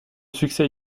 succès